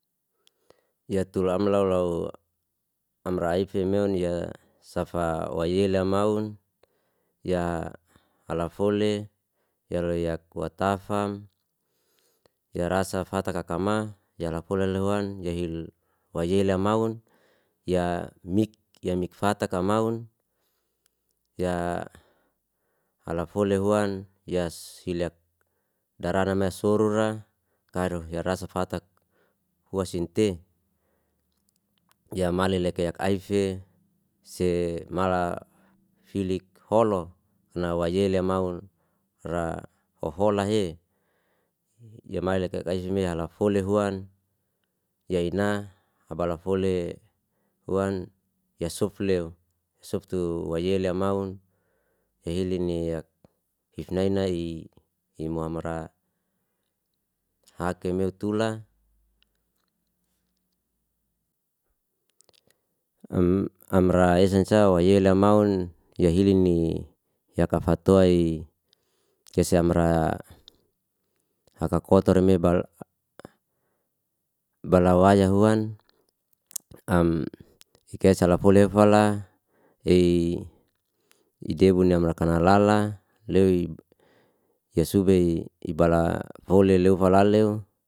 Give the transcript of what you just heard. Ya tul amla lau amra ayfemeun ya safa wayela maun ya alafole yala yakuat tafam ya rasa fatata kama yalafolen lehuan jahil wayelamaun ya mik ya mikfata kamaun ya halafole huan yas hilak darana rasoro ra karoh ya rasa fatak huwan sinte yamale lek ya ayfe se mala filik holo nawaye lemaun ra oholahe yamai le kakai si mala hala fole huan yaina abala fole huan ya sofleo yasoftu wayei la maun ya hilin niak hifnai nai i i mo amara hake meu tula am amra hesan sa waye la maun ya hilin i yakafatoa'i kesamra hakakotor e ma bal balawaya huan am ikaisala folefala i debun nimra na kalala leui ya sube ibala foleleu la falaleu